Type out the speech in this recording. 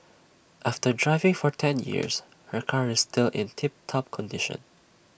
after driving for ten years her car is still in tip top condition